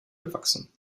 gewachsen